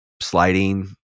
sliding